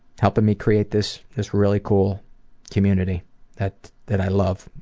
helping me create this this really cool community that that i love.